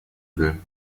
will